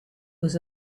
was